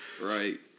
Right